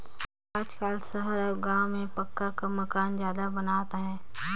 आजकाल सहर अउ गाँव मन में पक्का मकान जादा बनात हे